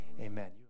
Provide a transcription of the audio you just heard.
Amen